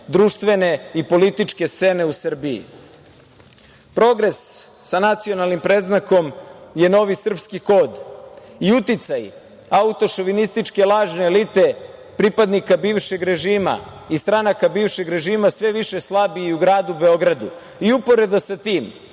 društvene i političke scene u Srbiji. Progres sa nacionalnim predznakom je novi srpski kod i uticaj autošovinističke lažne elite pripadnika bivšeg režima i stranaka bivšeg režima sve više slabi i u gradu Beogradu. Uporedo sa tim